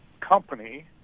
company